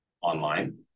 online